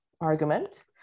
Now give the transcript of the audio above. argument